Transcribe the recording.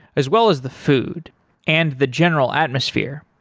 as well as the food and the general atmosphere.